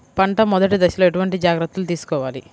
పంట మెదటి దశలో ఎటువంటి జాగ్రత్తలు తీసుకోవాలి?